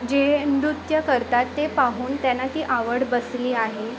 जे नृत्य करतात ते पाहून त्यांना ती आवड बसली आहे